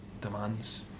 demands